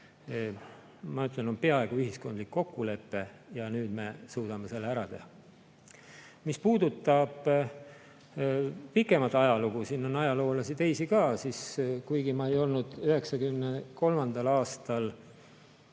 ma ütlen, on peaaegu ühiskondlik kokkulepe ja nüüd me suudame selle ära teha. Mis puudutab pikemat ajalugu, siin on teisi ajaloolasi ka. Kuigi ma ei olnud 1993. aastal